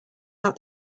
out